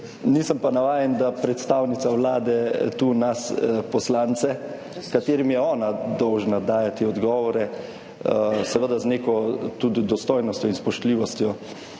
nisem pa navajen, da predstavnica Vlade tu nas poslance, katerim je ona dolžna dajati odgovore, seveda z neko tudi dostojnostjo in spoštljivostjo,